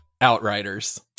Outriders